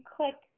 click